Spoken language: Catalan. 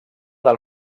del